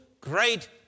great